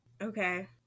Okay